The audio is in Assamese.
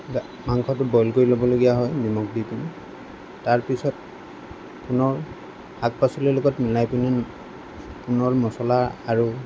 গা মাংসটো বইল কৰি ল'বলগীয়া হয় নিমখ দি পিনি তাৰ পিছত পুনৰ শাক পাচলিৰ লগত মিলাই পিনি পুনৰ মছলা আৰু